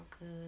good